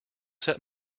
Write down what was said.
set